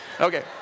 Okay